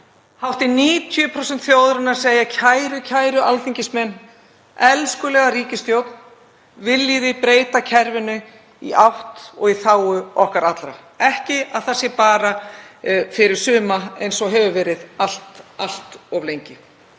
Hátt í 90% þjóðarinnar segja: Kæru, alþingismenn, elskulega ríkisstjórn, viljið þið breyta kerfinu í þágu okkar allra, ekki að það sé bara fyrir suma eins og hefur verið allt of lengi?